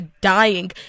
dying